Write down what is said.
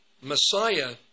Messiah